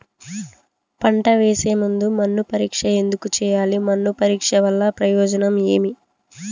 పంట వేసే ముందు మన్ను పరీక్ష ఎందుకు చేయాలి? మన్ను పరీక్ష వల్ల ప్రయోజనం ఏమి?